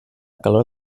calor